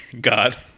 God